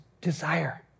desire